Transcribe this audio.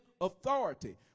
authority